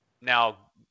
now